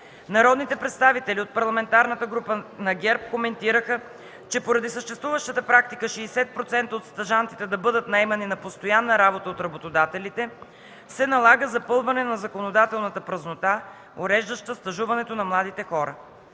Народните представители от Парламентарната група на ГЕРБ коментираха, че поради съществуващата практика 60% от стажантите да бъдат наемани на постоянна работа от работодателите, се налага запълване на законодателната празнота, уреждаща стажуването на младите хора.